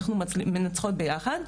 אנחנו מנצחות ביחד.